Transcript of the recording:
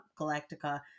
Galactica